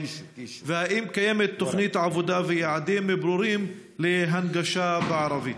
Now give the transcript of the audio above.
3. האם קיימת תוכנית עבודה ויעדים ברורים להנגשה בערבית?